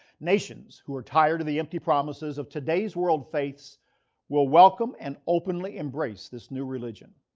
nations who are tired of the empty promises of today's world faiths will welcome and openly embrace this new religion.